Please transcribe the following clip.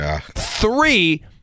three